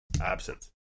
absence